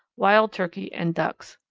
wild turkeys, and ducks.